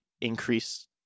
increase